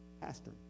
Pastor